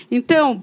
Então